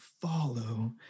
follow